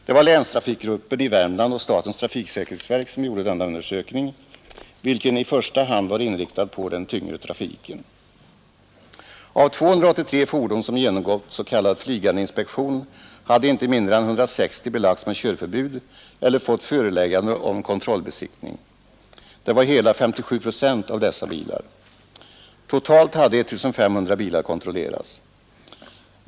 Det var länstrafikgruppen i Värmland och statens trafiksäkerhetsverk som gjorde denna undersökning, vilken i första hand var inriktad på den tyngre trafiken. Av 283 fordon som genomgått s.k. flygande inspektion, hade inte mindre än 160 belagts med körförbud eller fått föreläggande om kontrollbesiktning. Det var hela 57 procent av dessa bilar. Totalt hade 1 500 bilar kontrollerats.